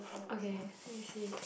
okay help me see